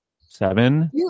Seven